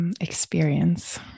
experience